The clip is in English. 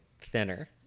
thinner